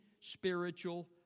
Spiritual